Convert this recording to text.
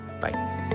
Bye